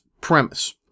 premise